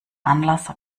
anlasser